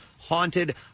haunted